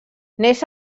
neix